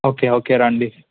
okay okay రండి